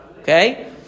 Okay